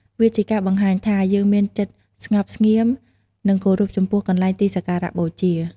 វាជាការបង្ហាញថា យើងមានចិត្តស្ងប់ស្ងៀម និងគោរពចំពោះកន្លែងទីសក្ការៈបូជា។